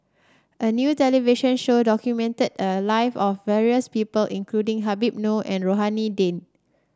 a new television show documented the life of various people including Habib Noh and Rohani Din